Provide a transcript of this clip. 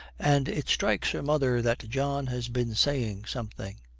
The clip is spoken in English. and it strikes her mother that john has been saying something.